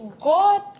God